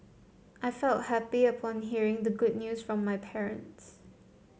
I felt happy upon hearing the good news from my parents